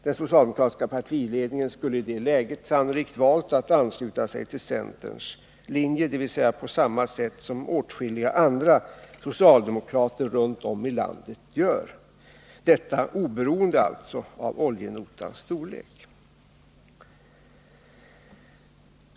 Den socialdemokratiska partiledningen skulle i det läget sannolikt ha valt att ansluta sig till centerns linje, dvs. på samma sätt som åtskilliga andra socialdemokrater runt om i landet gör — detta oberoende av oljenotans storlek.